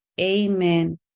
Amen